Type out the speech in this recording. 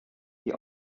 die